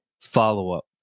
follow-up